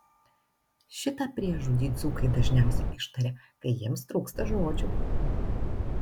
šitą priežodį dzūkai dažniausiai ištaria kai jiems trūksta žodžių